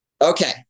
Okay